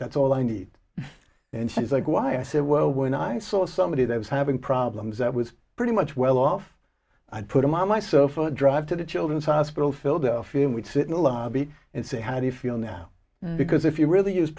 that's all i need and she's like why i said well when i saw somebody that was having problems i was pretty much well off i'd put him on my cell phone or drive to the children's hospital of philadelphia and we'd sit in a lobby and say how do you feel now because if you really use